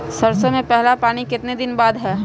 सरसों में पहला पानी कितने दिन बाद है?